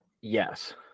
Yes